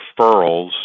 referrals